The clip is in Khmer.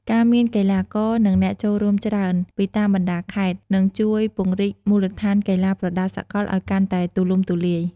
ការមានកីឡាករ និងអ្នកចូលរួមច្រើនពីតាមបណ្តាខេត្ត នឹងជួយពង្រីកមូលដ្ឋានកីឡាប្រដាល់សកលឲ្យកាន់តែទូលំទូលាយ។